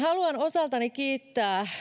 haluan osaltani kiittää